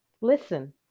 Listen